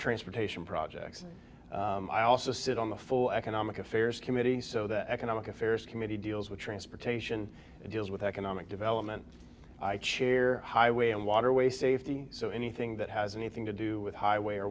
transportation projects and i also sit on the full economic affairs committee so the economic affairs committee deals with transportation deals with economic development i cheer highway and waterways safety so anything that has anything to do with highway or